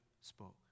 spoke